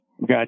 Got